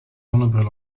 zonnebril